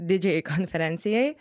didžiajai konferencijai